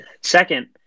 Second